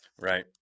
Right